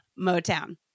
Motown